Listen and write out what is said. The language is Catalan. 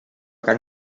can